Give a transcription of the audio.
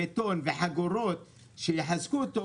בטון וחגורות שיחזקו אותו,